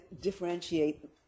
differentiate